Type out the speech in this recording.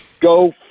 Go